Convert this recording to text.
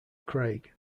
craig